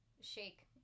Shake